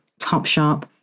Topshop